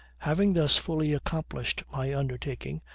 having thus fully accomplished my undertaking,